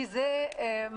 כי זה מעגליות.